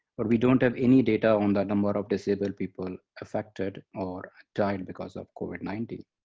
but we don't have any data on the number of disabled people affected or dying because of covid nineteen.